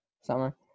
summer